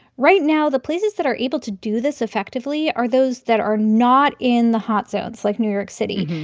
right now, the places that are able to do this effectively are those that are not in the hot zones like new york city.